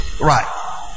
Right